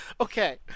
Okay